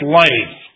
life